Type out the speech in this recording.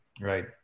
Right